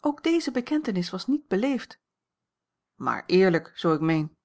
ook deze bekentenis was niet beleefd maar eerlijk zoo ik meen